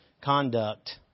conduct